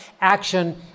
action